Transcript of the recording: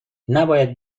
نباید